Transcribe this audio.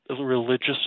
religious